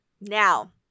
Now